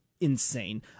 insane